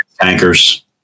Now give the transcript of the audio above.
tankers